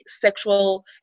sexual